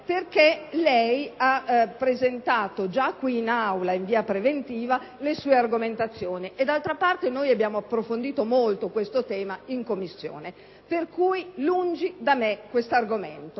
perché lei ha già presentato in Aula in via preventiva le sue argomentazioni. D'altra parte, noi abbiamo approfondito molto questo tema in Commissione, per cui, lungi da me detto argomento.